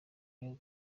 young